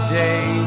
day